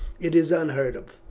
it is unheard of.